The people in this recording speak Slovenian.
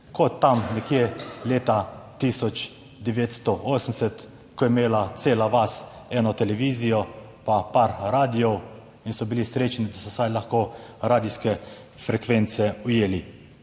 kot tam nekje leta 1980, ko je imela cela vas eno televizijo, pa par radiev in so bili srečni, da so vsaj lahko radijske frekvence ujeli.